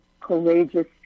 courageous